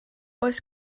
oes